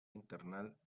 internacional